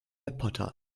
webportal